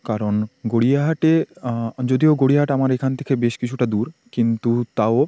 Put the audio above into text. কারণ গড়িয়াহাটে যদিও গড়িয়াহাট আমার এখান থেকে বেশ কিছুটা দূর কিন্তু তাও